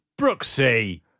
Brooksy